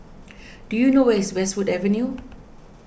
do you know where is Westwood Avenue